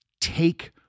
Take